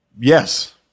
Yes